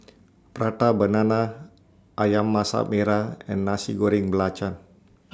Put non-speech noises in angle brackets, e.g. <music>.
Prata Banana Ayam Masak Merah and Nasi Goreng Belacan <noise>